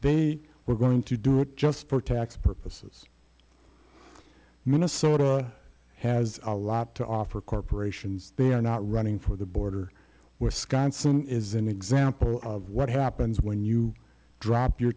they were going to do it just for tax purposes minnesota has a lot to offer corporations they are not running for the border where sky is an example of what happens when you drop your